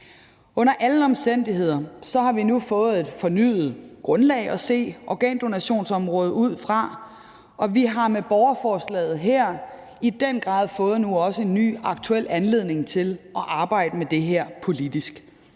Under alle omstændigheder har vi nu fået et fornyet grundlag at se organdonationsområdet ud fra, og vi har med borgerforslaget her i den grad fået en ny og aktuel anledning til at arbejde med det her politisk.